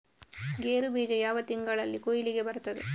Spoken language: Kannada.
ಗೇರು ಬೀಜ ಯಾವ ತಿಂಗಳಲ್ಲಿ ಕೊಯ್ಲಿಗೆ ಬರ್ತದೆ?